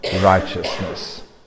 righteousness